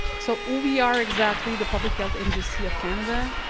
so all we are exactly, the public health agency of canada,